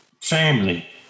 family